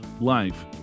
life